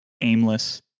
aimless